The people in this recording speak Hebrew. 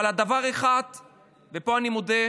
אבל, בדבר אחד אנחנו נכשלנו, ופה אני מודה,